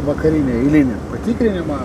vakarinį eilinį patikrinimą